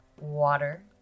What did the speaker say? water